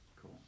Cool